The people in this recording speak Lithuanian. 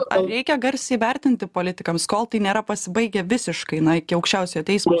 ar reikia garsiai vertinti politikams kol tai nėra pasibaigę visiškai na iki aukščiausiojo teismo